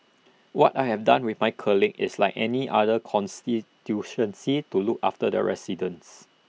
what I have done with my colleagues is like any other to look after their residents